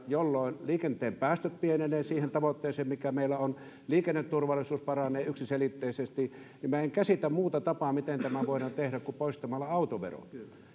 jolloin liikenteen päästöt pienenevät siihen tavoitteeseen mikä meillä on ja liikenneturvallisuus paranee yksiselitteisesti ja en käsitä muuta tapaa miten tämä voidaan tehdä kuin poistamalla autovero